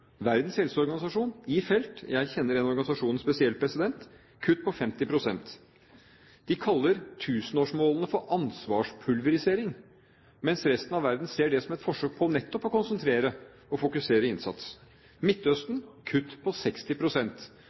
Verdens helseorganisasjon i felt, jeg kjenner den organisasjonen spesielt – kutt på 50 pst. De kaller tusenårsmålene for ansvarspulverisering, mens resten av verden ser det som et forsøk på nettopp å konsentrere og fokusere innsats. Midtøsten: kutt på